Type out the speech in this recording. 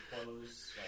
clothes